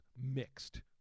mixed